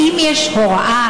האם יש הוראה,